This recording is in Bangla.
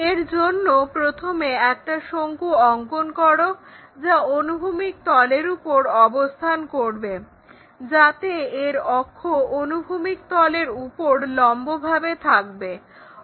এর জন্য প্রথমে একটা শঙ্কু অঙ্কন করো যা অনুভূমিক তলের উপর অবস্থান করবে যাতে এর অক্ষ অনুভূমিক তলের উপর লম্বভাবে থাকবে